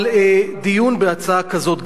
אבל דיון בהצעה כזאת,